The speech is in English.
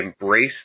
Embrace